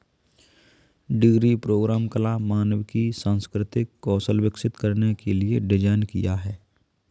degree programme कला, मानविकी, सांस्कृतिक कौशल विकसित करने के लिए डिज़ाइन किया है